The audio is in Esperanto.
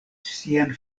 sian